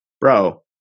Bro